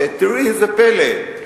ותראי איזה פלא,